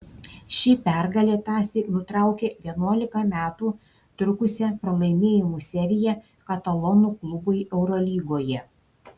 ši pergalė tąsyk nutraukė vienuolika metų trukusią pralaimėjimų seriją katalonų klubui eurolygoje